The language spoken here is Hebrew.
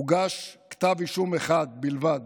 הוגש כתב אישום אחד בלבד